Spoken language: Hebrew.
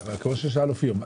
אבל כמו ששאל אופיר,